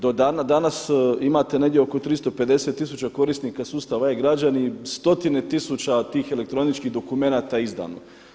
Do danas imate negdje oko 350 tisuća korisnika sustava e-Građani, stotine tisuća tih elektroničkih dokumenata je izdano.